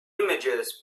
images